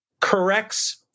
corrects